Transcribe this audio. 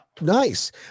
Nice